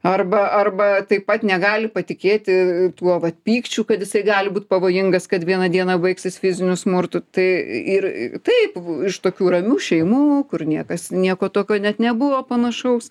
arba arba taip pat negali patikėti tuo vat pykčiu kad jisai gali būt pavojingas kad vieną dieną baigsis fiziniu smurtu tai ir taip iš tokių ramių šeimų kur niekas nieko tokio net nebuvo panašaus